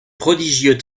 prodigieux